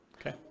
Okay